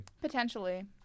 Potentially